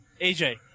AJ